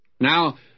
Now